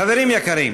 חברים יקרים,